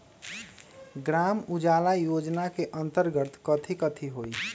ग्राम उजाला योजना के अंतर्गत कथी कथी होई?